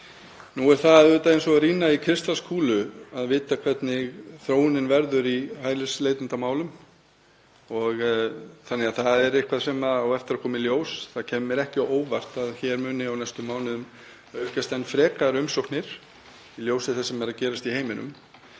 Nú er það auðvitað eins og að rýna í kristalskúlu að vita hvernig þróunin verður í hælisleitendamálum. Það er eitthvað sem á eftir að koma í ljós. Það kæmi mér ekki á óvart að hér muni á næstu mánuðum aukast enn frekar umsóknir í ljósi þess sem er að gerast í heiminum.